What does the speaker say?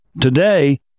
Today